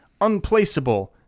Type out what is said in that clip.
unplaceable